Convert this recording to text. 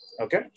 Okay